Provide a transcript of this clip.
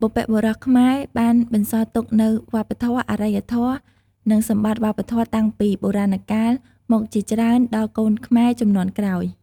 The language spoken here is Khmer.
បុព្វបុរសខ្មែរបានបន្សល់ទុកនូវ វប្បធម៌ អរិយធម៌ និងសម្បត្តិវប្បធម៌តាំងពីបុរាណកាលមកជាច្រើនដល់កូនខ្មែរជំនាន់ក្រោយ។